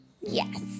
yes